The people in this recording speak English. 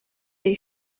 they